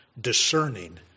discerning